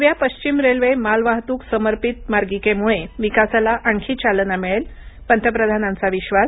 नव्या पश्चिम रेल्वे मालवाहतूक समर्पित मार्गिकेमुळे विकासाला आणखी चालना मिळेल पंतप्रधानांचा विश्वास